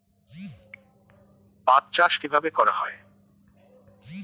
পাট চাষ কীভাবে করা হয়?